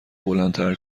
بلندتر